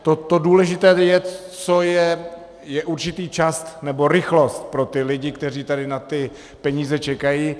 To důležité, co je, je určitý čas, nebo rychlost pro ty lidi, kteří na ty peníze čekají.